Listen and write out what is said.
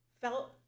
felt